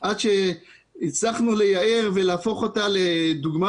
לקח זמן עד שהצלחנו לייער ולהפוך את המדינה לדוגמה